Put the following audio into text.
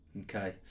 okay